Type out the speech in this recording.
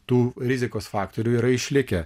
tų rizikos faktorių yra išlikę